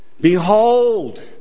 Behold